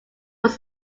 was